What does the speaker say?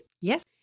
Yes